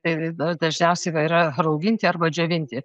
tai dažniausiai va yra rauginti arba džiovinti